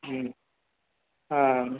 ம்